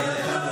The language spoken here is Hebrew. כן, איזה?